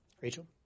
Rachel